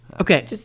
Okay